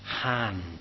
hand